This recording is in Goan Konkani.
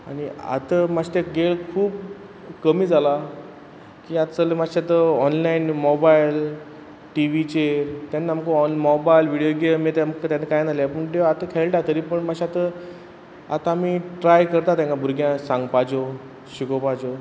आनी आत माश्श ते गेळ खूब कमी जाला की आत सगल माश्श आत ऑनलायन मॉबायल टीवीचेर तेन्ना आमक ऑन मॉबायल विडयो गेम बी तेमक तेदनां कांय नाल्हें पूण ट्यो आत खेळटा तरी पूण माश्श आत आतां आमी ट्राय करता तेंकां भुरग्यां सांगपाच्यो शिकोवपाच्यो